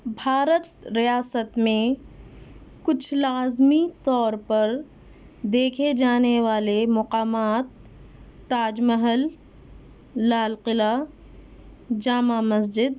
بھارت ریاست میں کچھ لازمی طور پر دیکھے جانے والے مقامات تاج محل لال قلعہ جامع مسجد